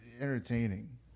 entertaining